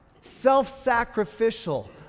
self-sacrificial